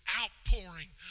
outpouring